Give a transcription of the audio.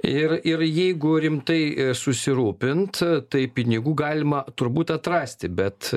ir ir jeigu rimtai susirūpint tai pinigų galima turbūt atrasti bet